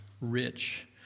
rich